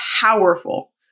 powerful